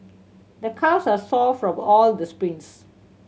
the calves are sore from all the sprints